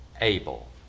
able